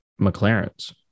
McLaren's